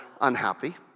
unhappy